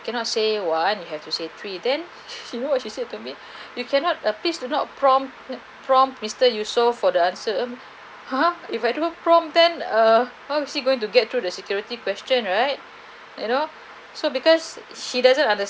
cannot say one you have to say three then you know what she said to me you cannot uh please do not prompt prompt mister yusuf for the answer ha if I don't prompt then uh how is he going to get through the security question right you know so because he doesn't understand